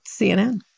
CNN